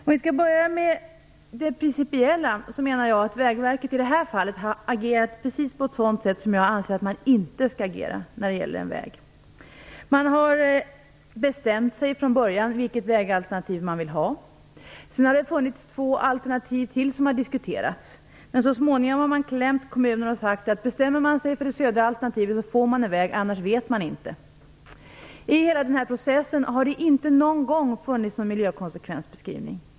Om vi skall börja tala om det principiella menar jag att Vägverket i det här fallet har agerat precis så som jag anser att man inte skall agera när det gäller en väg. Man har från början bestämt sig för vilket vägalternativ man vill ha. Ytterligare två alternativ har diskuterats. Så småningom har man klämt åt kommunen och sagt att om de bestämmer sig för det södra alternativet får de en väg - i annat fall vet man inte. Under hela den här processen har det inte någon gång gjorts någon miljökonsekvensbeskrivning.